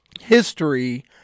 history